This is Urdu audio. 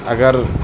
اگر